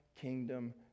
kingdom